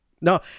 No